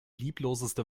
liebloseste